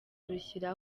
rushyira